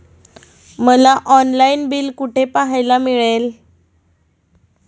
मला online bill कुठे पाहायला मिळेल?